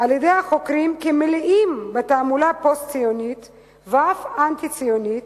על-ידי החוקרים כמלאים בתעמולה פוסט-ציונית ואף אנטי-ציונית,